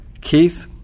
Keith